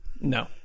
No